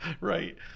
right